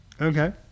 Okay